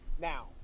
Now